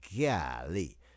golly